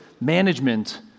management